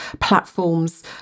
platforms